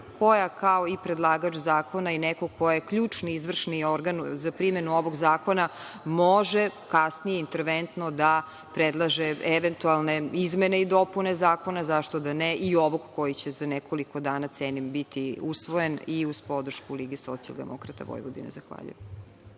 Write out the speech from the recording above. koja kao i predlagač zakona i neko ko je ključni izvršni organ za primenu ovog zakona, može kasnije interventno da predlaže eventualne izmene i dopune zakona, zašto da ne i ovog koji će za nekoliko dana, cenim, biti usvojen i uz podršku LSV. Zahvaljujem.